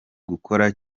gukora